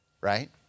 Right